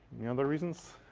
any other reasons?